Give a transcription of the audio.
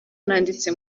nanditse